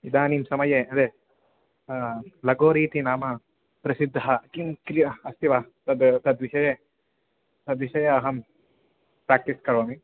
इदानीं समये ल् लगोरी इति नाम प्रसिद्धः क्रीडा अस्ति वा तत् तद्विषये तद्विषये अहं प्रेक्टिस् करोमि